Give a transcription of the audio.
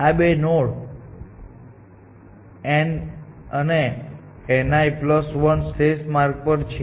આ બે node nl અને nl1 શ્રેષ્ઠ માર્ગ પર છે